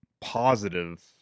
positive